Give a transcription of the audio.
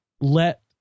let